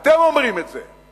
אתם אומרים את זה.